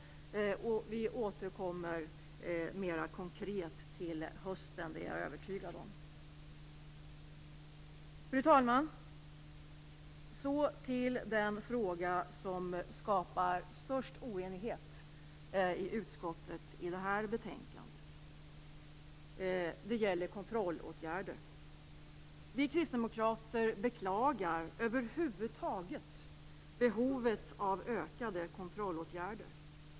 Vi återkommer mer konkret till hösten. Det är jag övertygad om. Fru talman! Så till den fråga i detta betänkandet som skapar störst oenighet i utskottet. Det gäller kontrollåtgärder. Vi kristdemokrater beklagar över huvud taget behovet av ökade kontrollåtgärder.